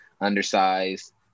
undersized